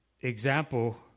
example